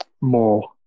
more